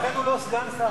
לכן הוא לא סגן שר.